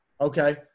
Okay